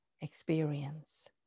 experience